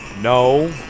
No